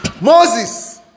Moses